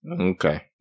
Okay